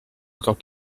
encore